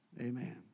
Amen